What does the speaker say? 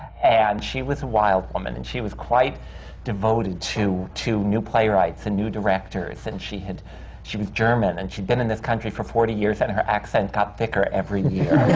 and she was a wild woman, and she was quite devoted to to new playwrights and new directors. and she she was german and she had been in this country for forty years, and her accent got thicker every year.